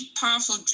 powerful